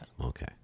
Okay